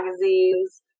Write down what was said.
magazines